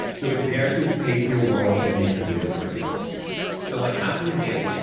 so it's there to take your world and make it real for you so what happens is,